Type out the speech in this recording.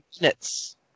minutes